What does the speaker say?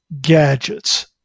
gadgets